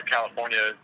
California